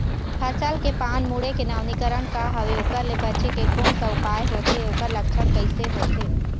फसल के पान मुड़े के नवीनीकरण का हवे ओकर ले बचे के कोन सा उपाय होथे ओकर लक्षण कैसे होथे?